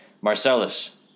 Marcellus